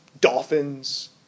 dolphins